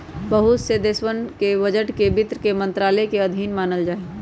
बहुत से देशवन के बजट के वित्त मन्त्रालय के अधीन मानल जाहई